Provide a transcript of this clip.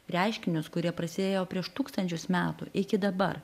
reiškinius kurie prasidėjo prieš tūkstančius metų iki dabar